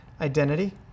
identity